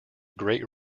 great